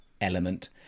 element